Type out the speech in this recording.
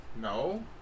No